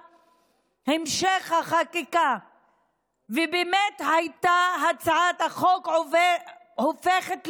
ההצעה להעביר לוועדה את הצעת חוק מס ערך מוסף (תיקון,